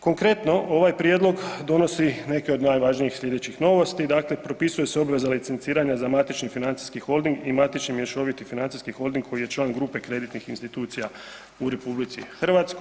Konkretno, ovaj prijedlog donosi neke od najvažnijih sljedećih novosti, dakle, propisuju se obveza licenciranja za matični financijski holding i matični mješoviti financijski holding koji je član grupe kreditnih institucija u RH.